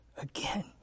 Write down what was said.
again